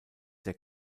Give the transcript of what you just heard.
der